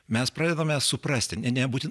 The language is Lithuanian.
mes pradedame suprasti ne ne būti